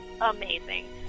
amazing